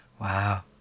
Wow